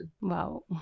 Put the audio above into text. Wow